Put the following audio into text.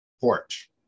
porch